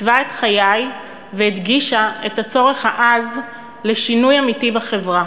עיצבה את חיי והדגישה את הצורך העז לשינוי אמיתי בחברה.